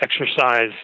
exercise